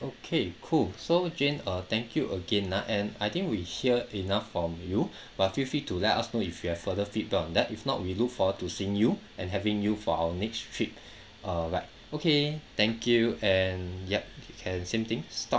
okay cool so jane uh thank you again ah and I think we hear enough from you but feel free to let us know if you have further feedback on that if not we look forward to seeing you and having you for our next trip uh right okay thank you and yup okay same thing stop